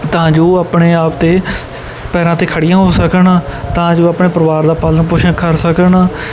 ਤਾਂ ਜੋ ਆਪਣੇ ਆਪ 'ਤੇ ਪੈਰਾਂ 'ਤੇ ਖੜ੍ਹੀਆਂ ਹੋ ਸਕਣ ਤਾਂ ਜੋ ਆਪਣੇ ਪਰਿਵਾਰ ਦਾ ਪਾਲਣ ਪੋਸ਼ਣ ਕਰ ਸਕਣ